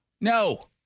no